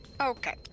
okay